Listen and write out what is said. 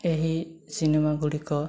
ଏହି ସିନେମାଗୁଡ଼ିକ